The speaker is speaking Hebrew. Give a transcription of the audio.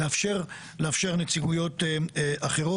לאפשר נציגויות אחרות.